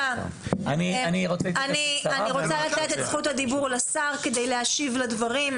אני רוצה לתת את זכות הדיבור לשר כדי להשיב לדברים.